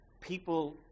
people